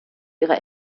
ihre